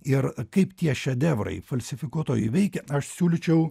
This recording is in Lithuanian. ir kaip tie šedevrai falsifikuotojai veikia aš siūlyčiau